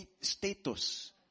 status